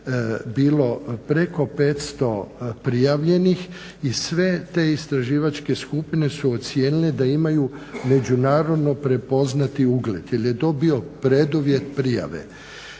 bilo preko 500 prijavljenih i sve te istraživačke skupine su ocijenile da imaju međunarodno prepoznati ugled, jer je to bio preduvjet prijave.